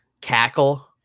cackle